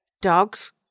dogs